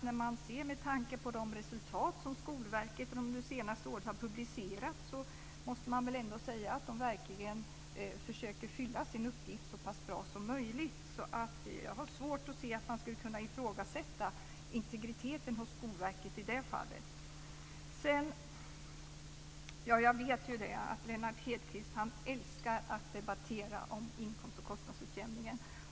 När vi ser på de resultat som Skolverket har publicerat det senaste året måste vi väl ändå säga att man verkligen försöker fylla sin uppgift så bra som möjligt. Jag har svårt att se att man skulle kunna ifrågasätta integriteten hos Skolverket i det fallet. Jag vet att Lennart Hedquist älskar att debattera inkomst och kostnadsutjämningen.